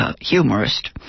humorist